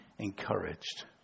encouraged